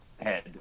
head